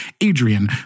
Adrian